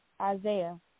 Isaiah